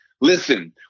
listen